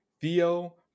Theo